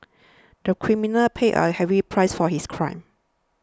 the criminal paid a heavy price for his crime